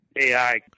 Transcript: AI